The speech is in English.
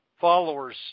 followers